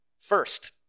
First